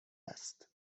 است